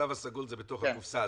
התו הסגול זה בתוך הקופסה,